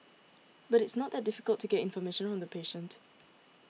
but it is not that difficult to get information on the patient